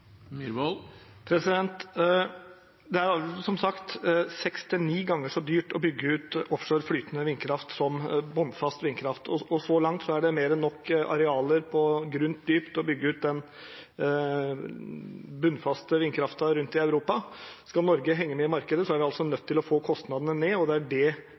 på andre områder. Som sagt er det seks til ni ganger så dyrt å bygge ut offshore flytende vindkraft som bunnfast vindkraft, og så langt er det mer enn nok arealer på grunt dyp til å bygge ut den bunnfaste vindkraften rundt i Europa. Skal Norge henge med i markedet, er vi nødt til å få kostnadene ned, og det er det